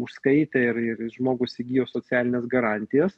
užskaitė ir ir žmogus įgijo socialines garantijas